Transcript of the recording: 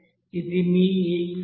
ఇది మీ ఈక్వెషన్